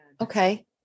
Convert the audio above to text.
Okay